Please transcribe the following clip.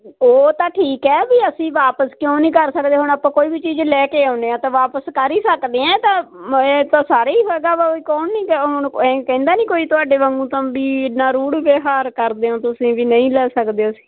ਉਹ ਤਾਂ ਠੀਕ ਹ ਵੀ ਅਸੀਂ ਵਾਪਸ ਕਿਉਂ ਨਹੀਂ ਕਰ ਸਕਦੇ ਹੁਣ ਆਪਾਂ ਕੋਈ ਵੀ ਚੀਜ਼ ਲੈ ਕੇ ਆਉਂਦੇ ਆ ਤਾਂ ਵਾਪਸ ਕਰ ਹੀ ਸਕਦੇ ਆ ਇਹ ਤਾਂ ਸਾਰੇ ਹੀ ਹੈਗਾ ਵਾ ਕੌਣ ਨਹੀਂ ਕਹਿੰਦਾ ਨਹੀਂ ਕੋਈ ਤੁਹਾਡੇ ਵਾਂਗੂ ਤਾਂ ਵੀ ਐਨਾ ਰੂੜ ਵਿਹਾਰ ਕਰਦੇ ਹੋ ਤੁਸੀਂ ਵੀ ਨਹੀਂ ਲੈ ਸਕਦੇ ਅਸੀਂ